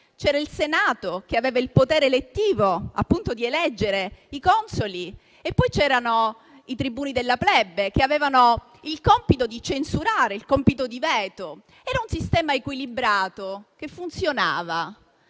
c'era il Senato, che aveva il potere elettivo, appunto di eleggere i consoli; e poi c'erano i tribuni della plebe, che avevano il compito di censurare, il compito di veto. Era un sistema equilibrato che funzionava,